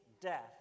death